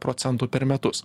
procentų per metus